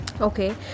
Okay